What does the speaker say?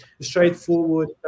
straightforward